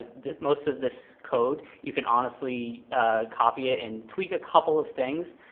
ah most of this code, you can honestly copy it and tweak a couple of things.